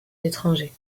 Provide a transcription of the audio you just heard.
l’étranger